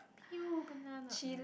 peel banana okay